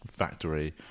factory